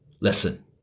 listen